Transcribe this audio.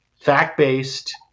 fact-based